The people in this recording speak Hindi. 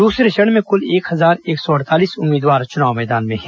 दूसरे चरण में कल एक हजार एक सौ अड़तालीस उम्मीदवार चुनाव मैदान में हैं